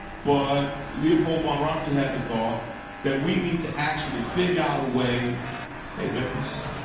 but leopold von ranke had the thought that we need to actually figure out a way hey baby, so